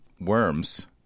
Worms